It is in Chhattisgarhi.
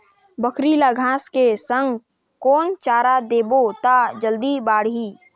बकरी ल घांस के संग कौन चारा देबो त जल्दी बढाही?